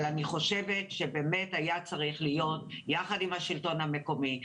אבל אני חושבת שבאמת היה צריך להיות יחד עם השלטון המקומי,